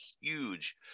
huge